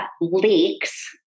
leaks